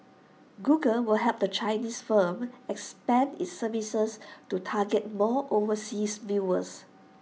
Google will help the Chinese firm expand its services to target more overseas viewers